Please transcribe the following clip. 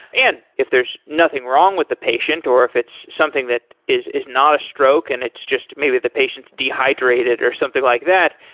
and if there's nothing wrong with the patient or if it's something that is is not a stroke and it's just maybe the patient's dehydrated or something like that,